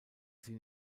sie